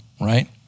right